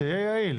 יעיל.